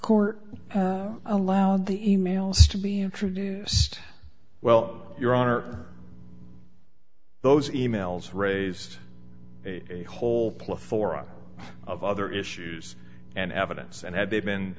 court allowed the e mails to be introduced well your honor those e mails raised a whole plethora of other issues and evidence and had they been